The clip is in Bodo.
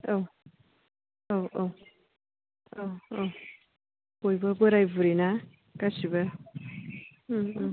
औ औ औ औ औ बयबो बोराइ बुरिना गासिबो उम उम